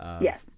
Yes